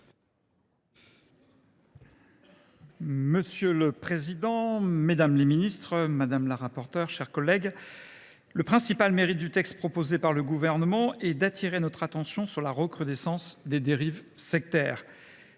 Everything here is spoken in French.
Monsieur le président, mesdames les ministres, mes chers collègues, le principal mérite du texte proposé par le Gouvernement est d’attirer notre attention sur la recrudescence des dérives sectaires.